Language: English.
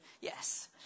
yes